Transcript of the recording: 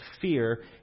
fear